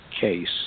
case